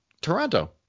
toronto